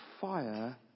fire